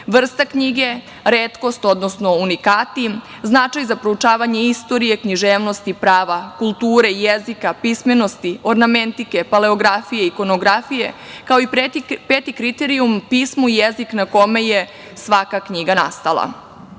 vrsta knjige, retkost, odnosno unikati, značaj za proučavanje istorije, književnosti, prava, kulture, jezika, pismenosti, ornamentike, paleografije, ikonografije, kao i peti kriterijum – pismo i jezik na kome je svaka knjiga nastalaUlaganje